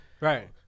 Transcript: Right